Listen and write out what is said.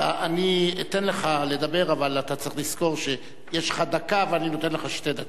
אני אתן לך לדבר אבל אתה צריך לזכור שיש לך דקה ואני נותן לך שתי דקות.